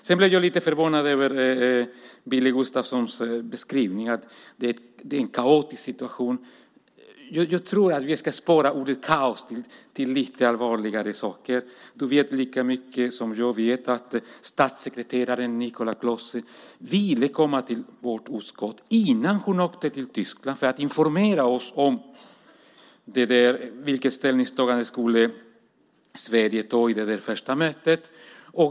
Sedan blev jag lite förvånad över Billy Gustafssons beskrivning att det är en kaotisk situation. Jag tror att vi ska spara ordet kaos till lite allvarligare saker. Du vet likaväl som jag att statssekreterare Nicola Clase ville komma till vårt utskott innan hon åkte till Tyskland för att informera oss om vilket ställningstagande Sverige skulle göra på det första mötet.